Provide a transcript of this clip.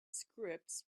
scripts